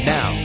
Now